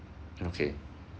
okay